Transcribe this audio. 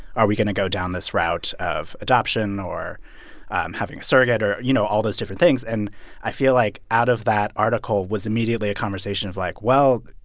are we going to go down this route of adoption or having a surrogate or, you know, all those different things? and i feel like out of that article was immediately a conversation of, like, well,